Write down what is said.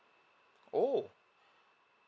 oh